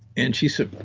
and she said,